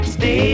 Stay